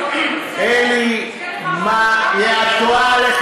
אין לי מה, את טועה.